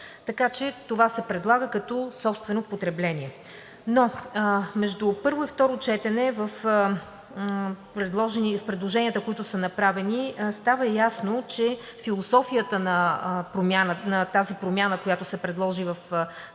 така че това се предлага като собствено потребление. Но между първо и второ четене в предложенията, които са направени, става ясно, че философията на тази промяна, която се предложи в Закона